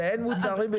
ואין מוצרים ביבוא מקביל?